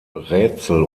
rätsel